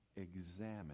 examine